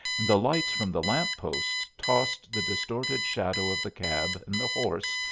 and the lights from the lamp-posts tossed the distorted shadow of the cab, and the horse,